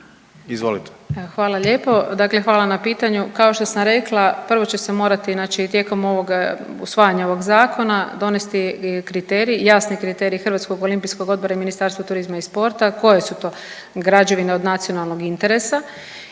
Hvala lijepo. Dakle, hvala na pitanju. Kao što sam rekla prvo ću se morati znači tijekom ovog usvajanja ovog zakona donesti i kriterij, jasni kriterij HOO-a i Ministarstva turizma i sporta koje su to građevine od nacionalnog interesa